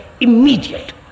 immediate